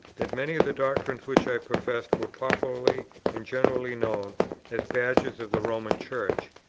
that many of the doctrines which i professed were popularly and generally known as badges of the roman church,